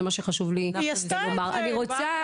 היא עשתה את זה.